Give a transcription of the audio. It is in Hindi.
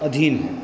अधीन है